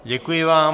Děkuji vám.